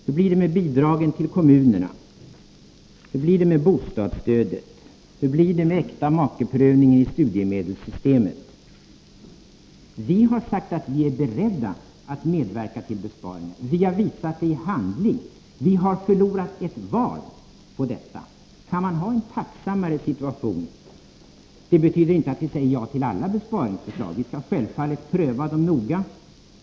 Hur blir det med bidragen till kommunerna, med bostadsstödet och med äktamakeprövningen i studiemedelssystemet? Vi har sagt att vi är beredda att medverka till besparingar. Vi har visat det i handling. Vi har förlorat ett val på detta. Kan man som regering ha en tacksammare situation? Det betyder inte att vi säger ja till alla besparingsförslag. Vi skall självfallet pröva dem noga.